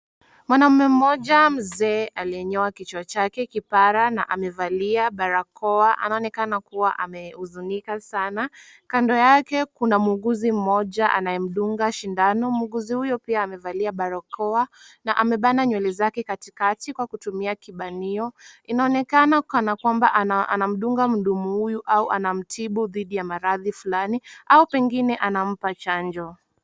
Mwanaume mmoja mzee aliyenyoa kichwa chake kipara na amevalia barakoa anaonekana kuwa amehuzunika sana. Kando yake kuna muuguzi mmoja anaye mdunga sindano. Muuguzi huyo pia amevalia barakoa na amebana nywele zake katikati kwa kutumia kibanio. Inaonekana kana kwamba anamdunga mhudumu huyu au anamtibu dhidi ya maradhi fulani au pengine anampa chanjo.